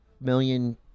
million